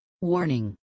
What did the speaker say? Warning